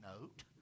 note